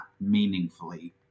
meaningfully